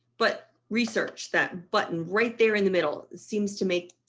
but research that button right there in the middle seems to make